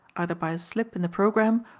either by a slip in the program,